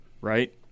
Right